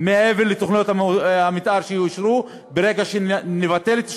מעבר לתוכניות המתאר שיאושרו ברגע שנבטל את 35,